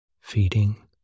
feeding